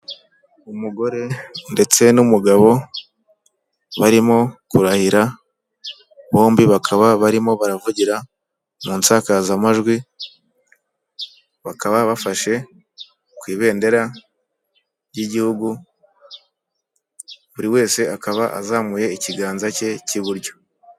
Umugore ndetse n'umugabo barimo kurahira bombi bakaba barimo baravugira mu nsakazamajwi, bakaba bafashe ku ibendera ry'igihugu. Buri wese akaba azamuye ikiganza cye cy'iburyo.